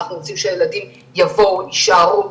אנחנו רוצים שהילדים יבואו ויישארו,